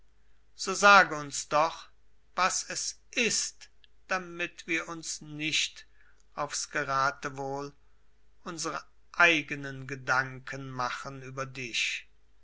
so sage uns doch was es ist damit wir uns nicht aufs geratewohl unsere eignen gedanken machen über dich